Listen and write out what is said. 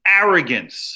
arrogance